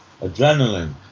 adrenaline